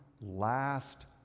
last